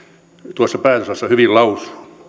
tuossa päätösosassa hyvin lausuu